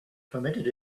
permitted